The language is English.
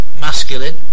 masculine